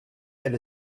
elle